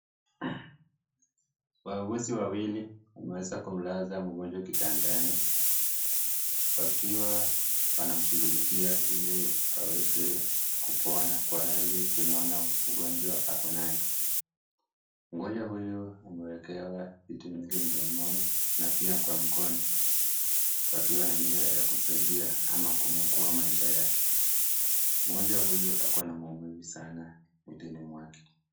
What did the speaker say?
Wauguzi wawili wameweza kumlaza mgonjwa kitandani, wakiwa wanashughulikia ili aweze kupona kwa hali tunaona mgonjwa ako nayo, mgonjwa huyu ameekewa vitu mingi mdomoni na pia kwa mkono, akiwa na nia ya kumsaidia ama kumwokoa maisha yake, mgonjwa uyu ako na maumivu sana mwilini mwake.